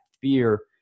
fear